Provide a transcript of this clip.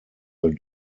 the